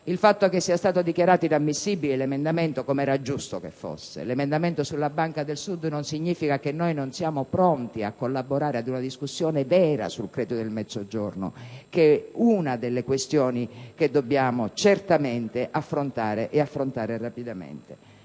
Il fatto che sia stato dichiarato inammissibile, come era giusto che fosse, l'emendamento sulla Banca del Sud non significa che noi non siamo pronti a collaborare ad una discussione vera sul credito nel Mezzogiorno, che è una delle questioni che dobbiamo certamente affrontare, e affrontare rapidamente.